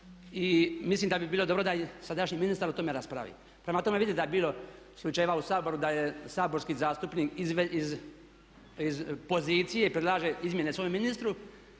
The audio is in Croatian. Mislim da bi bilo dobro da sadašnji ministar o tome raspravi. Prema tome, vidite da je bilo slučajeva u Saboru da je saborski zastupnik iz pozicije predlagao izmjene svome ministru